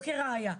לא כרעייה,